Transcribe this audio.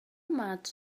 much